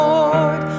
Lord